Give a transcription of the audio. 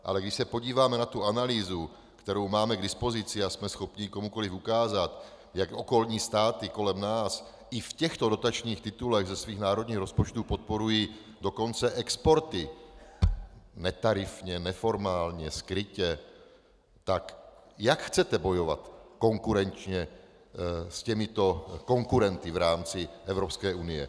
Ale když se podíváme na analýzu, kterou máme k dispozici, a jsme schopni ji komukoliv ukázat, jak okolní státy kolem nás i v těchto dotačních titulech ze svých národních rozpočtů podporují dokonce exporty, netarifně, neformálně, skrytě, tak jak chcete konkurenčně bojovat s těmito konkurenty v rámci Evropské unie?